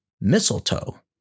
mistletoe